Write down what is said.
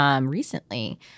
recently